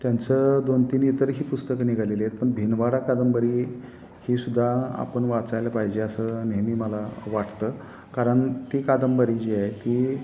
त्यांचं दोन तीन इतर ही पुस्तकं निघालेली आहेत पण भिनवाडा कादंबरी ही सुद्धा आपण वाचायला पाहिजे असं नेहमी मला वाटतं कारण ती कादंबरी जी आहे ती